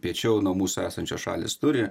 piečiau nuo mūsų esančios šalys turi